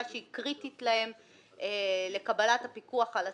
שהיא קריטית להם לקבלת הפיקוח על עצמם,